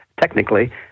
technically